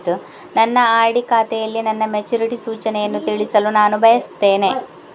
ನನ್ನ ಆರ್.ಡಿ ಖಾತೆಯಲ್ಲಿ ನನ್ನ ಮೆಚುರಿಟಿ ಸೂಚನೆಯನ್ನು ತಿಳಿಯಲು ನಾನು ಬಯಸ್ತೆನೆ